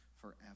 forever